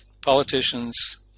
politicians